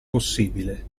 possibile